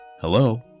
hello